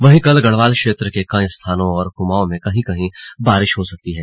वहीं कल गढ़वाल क्षेत्र के कई स्थानों और कुमाऊं में कहीं कहीं बारिश हो सकती है